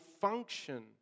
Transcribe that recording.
function